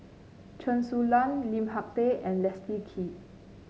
Chen Su Lan Lim Hak Tai and Leslie Kee